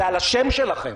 זה על השם שלכם.